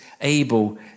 able